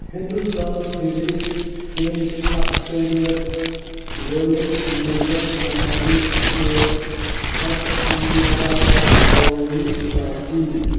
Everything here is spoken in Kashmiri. ہِنٛدوستان ہِوِسِ ہیٚنٛدۍ اكشرِیت وٲلِس مُلكس منز تہِ چھُ آشوُرا اکھ عوٲمی تاتیل